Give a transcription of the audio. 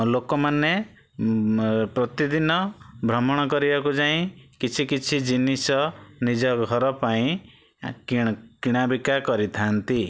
ଲୋକମାନେ ପ୍ରତିଦିନ ଭ୍ରମଣ କରିବାକୁ ଯାଇଁ କିଛି କିଛି ଜିନିଷ ନିଜଘର ପାଇଁ କିଣାବିକା କରି ଥାଆନ୍ତି